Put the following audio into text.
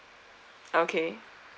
okay